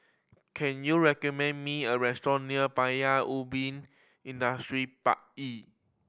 can you recommend me a restaurant near Paya Ubi Industrial Park E